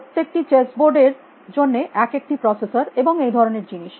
প্রত্যেকটি chess board এর জন্য এক একটি প্রসেসর এবং এই ধরনের জিনিস